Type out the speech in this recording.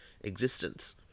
existence